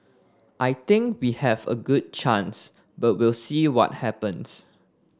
I think we have a good chance but we'll see what happens